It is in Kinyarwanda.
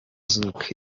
zouk